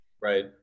Right